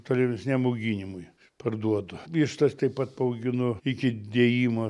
tolimesniam auginimui parduodu vištas taip pat paauginu iki dėjimo